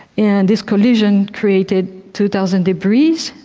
and this collision created two thousand debris,